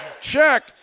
check